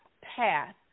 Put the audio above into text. path